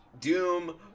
doom